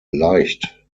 leicht